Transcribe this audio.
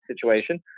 situation